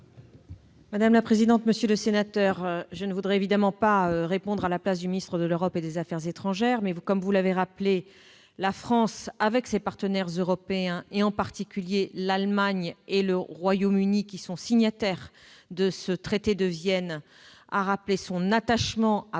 Mme la ministre. Monsieur le sénateur, je ne veux évidemment pas répondre à la place du ministre de l'Europe et des affaires étrangères, mais, comme vous l'avez indiqué, la France, avec ses partenaires européens, en particulier l'Allemagne et le Royaume-Uni, qui sont signataires du traité de Vienne, a rappelé son attachement à